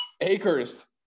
acres